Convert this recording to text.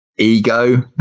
ego